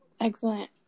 Excellent